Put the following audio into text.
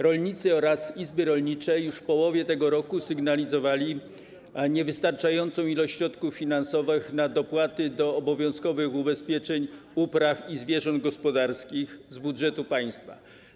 Rolnicy oraz izby rolnicze już w połowie tego roku sygnalizowali niewystarczającą ilość środków finansowych na dopłaty do obowiązkowych ubezpieczeń upraw i zwierząt gospodarskich z budżetu państwa.